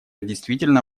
действительно